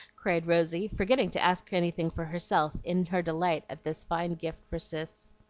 cried rosy, forgetting to ask anything for herself, in her delight at this fine gift for cis.